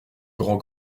grand